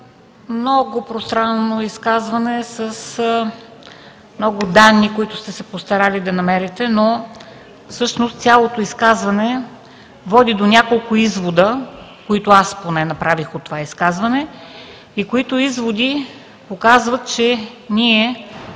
много пространно изказване с много данни, които сте се постарали да намерите, но всъщност цялото изказване води до няколко извода, които направих от това изказване и които изводи показват, че ние